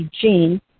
gene